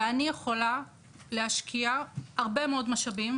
ואני יכולה להשקיע הרבה מאוד משאבים,